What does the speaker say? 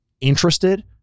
interested